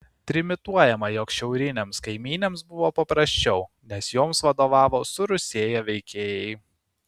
trimituojama jog šiaurinėms kaimynėms buvo prasčiau nes joms vadovavo surusėję veikėjai